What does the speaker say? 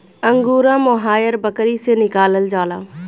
angora mohair बकरी से निकालल जाला